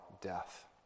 death